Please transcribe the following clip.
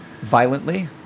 violently